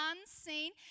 unseen